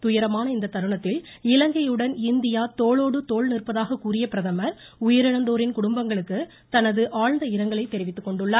துயரமான இந்த தருணத்தில் இலங்கையுடன் இந்தியா தோளோடு தோள் நிற்பதாக கூறிய பிரதமர் உயிரிழந்தோரின் குடும்பங்களுக்கு தமது ஆழ்ந்த இரங்கலை தெரிவித்துக்கொண்டுள்ளார்